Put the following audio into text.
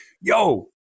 yo